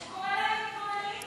הוא קורא להם מתבוללים.